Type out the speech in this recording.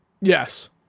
yes